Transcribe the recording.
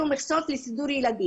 שלהם.